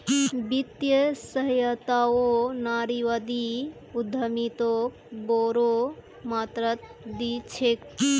वित्तीय सहायताओ नारीवादी उद्यमिताक बोरो मात्रात दी छेक